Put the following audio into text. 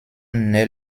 naît